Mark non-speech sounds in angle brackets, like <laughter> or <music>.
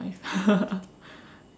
<laughs>